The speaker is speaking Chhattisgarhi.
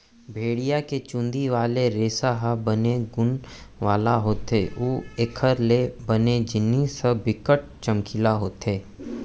भेड़िया के चुंदी वाले रेसा ह बने गुन वाला होथे अउ एखर ले बने जिनिस ह बिकट चमकीला होथे